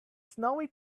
snowy